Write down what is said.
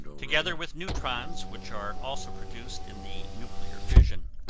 together with neutrons which are also produced in the nuclear fission.